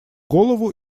голову